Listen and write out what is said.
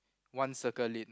one circle in